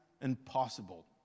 Impossible